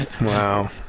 Wow